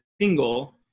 single